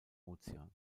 ozean